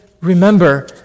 remember